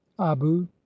abu